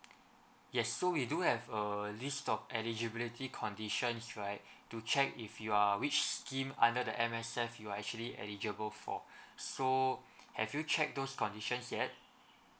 yes so we do have a list of eligibility conditions right to check if you are which scheme under the M_S_F you are actually eligible for so have you check those conditions yet